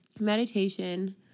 Meditation